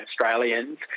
Australians